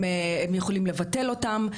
הם יכולים לבטל אותם.